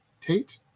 Tate